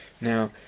Now